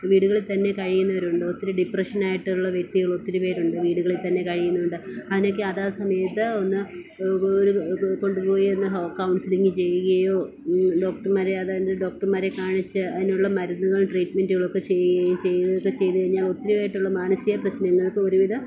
വീടുകളിൽ തന്നെ കഴിയുന്നവരുണ്ട് ഒത്തിരി ഡിപ്രഷൻ ആയിട്ടുള്ള വ്യക്തികൾ ഒത്തിരി പേരുണ്ട് വീടുകളിൽ തന്നെ കഴിയുന്നുണ്ട് അതിനെക്കെ അതാ സമയത്ത് ഒന്ന് കൊണ്ട്പോയി ഒന്ന് കൌൺസലിംഗ് ചെയ്യുകയോ ഡോക്ടർമാരെ അതാതിൻ്റെ ഡോക്ടർമാരെ കാണിച്ച് അതിനുള്ള മരുന്നുകൾ ട്രീറ്റ്മൻ്റെകളൊക്കെ ചെയ്യുകയോ ഒക്കെ ചെയ്തുകഴിഞ്ഞാൽ ഒത്തിരി ആയിട്ടുള്ള മാനസികപ്രശ്നങ്ങൾക്ക് ഒരുവിധ